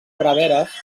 preveres